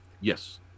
Yes